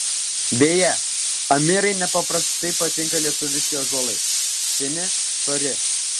beje amirai nepaprastai patinka lietuviški ąžuolai seni stori